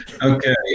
Okay